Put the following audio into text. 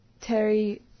Terry